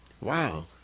wow